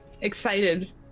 excited